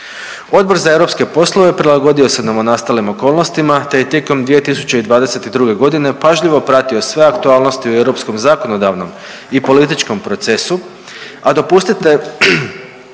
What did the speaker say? Odbor za europske poslove prilagodio se novonastalim okolnostima te je tijekom 2022. godine pažljivo pratio sve aktualnosti u europskom zakonodavnom i političkom procesu, a dopustite,